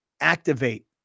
activate